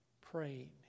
praying